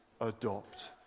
adopt